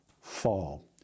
fall